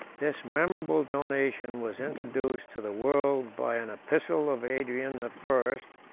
this memorable donation was introduced to the world by an epistle of adrian the first,